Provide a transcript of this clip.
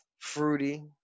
fruity